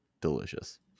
delicious